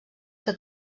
que